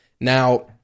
Now